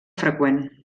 freqüent